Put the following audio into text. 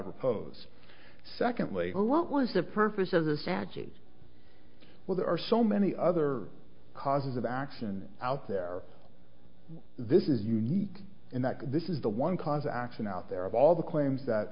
propose secondly what was the purpose of the statutes well there are so many other causes of action out there this is unique in that this is the one cause action out there of all the claims that